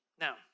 Now